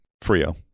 Frio